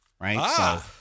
right